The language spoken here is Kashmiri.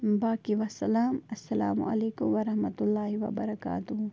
باقی وَسلام اَلسلامُ علیکُم وَرحمتُہ اللہ وَبَرَکاتُہوٗ